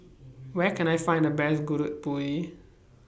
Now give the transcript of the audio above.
Where Can I Find The Best Gudeg Putih